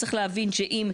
צריך להבין שאם,